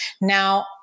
Now